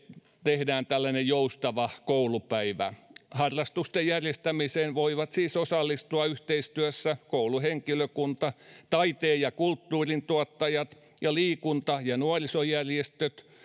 tehdään joustava koulupäivä harrastusten järjestämiseen voivat siis osallistua yhteistyössä kouluhenkilökunta taiteen ja kulttuurin tuottajat ja liikunta ja nuorisojärjestöt